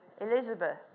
Elizabeth